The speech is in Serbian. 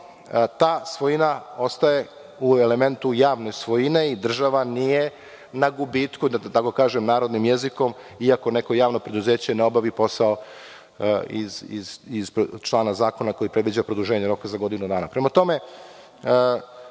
ta svojina ostaje u elementu javne svojine. Država nije na gubitku, da tako kažem narodnim jezikom, iako neko javno preduzeće ne obavi posao iz člana zakona koji predviđa produženje roka za godinu